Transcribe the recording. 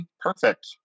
Perfect